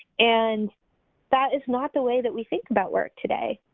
and that is not the way that we think about work today,